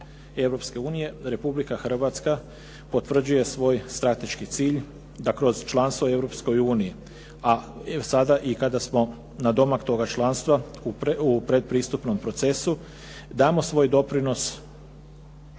Europske unije, Republika Hrvatska potvrđuje svoj strateški cilj, da kroz članstvo u Europskoj uniji, a sada i kada smo nadomak toga članstva u pretpristupnom procesu damo svoj doprinos